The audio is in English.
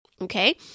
okay